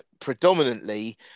predominantly